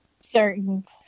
certain